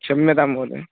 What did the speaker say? क्षम्यतां महोदयः